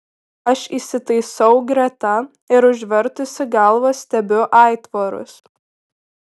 aš įsitaisau greta ir užvertusi galvą stebiu aitvarus